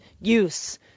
use